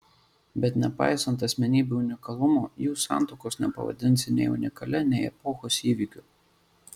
bet nepaisant asmenybių unikalumo jų santuokos nepavadinsi nei unikalia nei epochos įvykiu